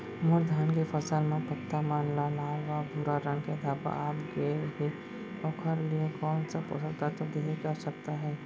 मोर धान के फसल म पत्ता मन म लाल व भूरा रंग के धब्बा आप गए हे ओखर लिए कोन स पोसक तत्व देहे के आवश्यकता हे?